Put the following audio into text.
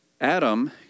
Adam